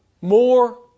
More